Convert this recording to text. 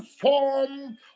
form